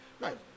Right